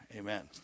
amen